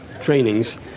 trainings